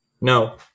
No